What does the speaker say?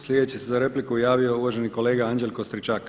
Sljedeći se za repliku javio uvaženi kolega Anđelko Stričak.